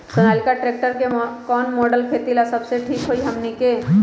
Sonalika tractor के कौन model खेती ला सबसे ठीक होई हमने की?